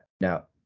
Now